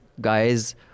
guys